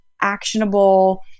actionable